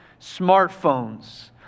smartphones